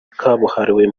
kabuhariwe